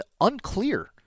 unclear